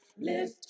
Lift